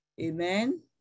Amen